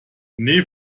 nee